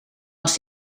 was